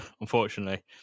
unfortunately